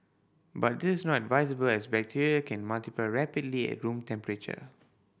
but this is not advisable as bacteria can multiply rapidly at room temperature